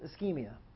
ischemia